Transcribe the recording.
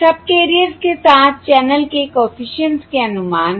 subcarriers के साथ channel के कॉफिशिएंट्स के अनुमान हैं